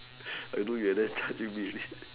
I know you at there judging me already